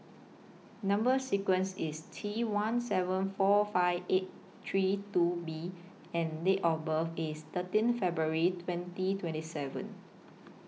Number sequence IS T one seven four five eight three two B and Date of birth IS thirteen February twenty twenty seven